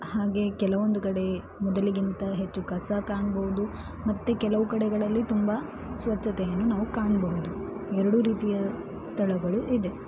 ಹಾಗೆ ಕೆಲವೊಂದು ಕಡೆ ಮೊದಲಿಗಿಂತ ಹೆಚ್ಚು ಕಸ ಕಾಣ್ಬೋದು ಮತ್ತೆ ಕೆಲವು ಕಡೆಗಳಲ್ಲಿ ತುಂಬ ಸ್ವಚ್ಛತೆಯನ್ನು ನಾವು ಕಾಣಬಹುದು ಎರಡೂ ರೀತಿಯ ಸ್ಥಳಗಳು ಇದೆ